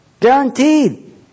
Guaranteed